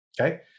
okay